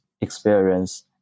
experience